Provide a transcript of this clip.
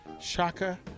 Shaka